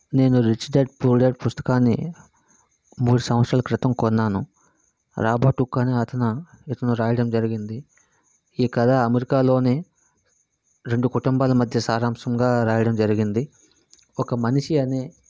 నేను rich dad poor dad పుస్తకాన్ని మూడు సంవత్సరాల క్రితం కొన్నాను రాబర్ట్ హుక్ అనే అతన ఇతను రాయడం జరిగింది ఈ కథ అమెరికాలోని రెండు కుటుంబాల మధ్య సారాంశంగా రాయడం జరిగింది ఒక మనిషి అనే